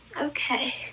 Okay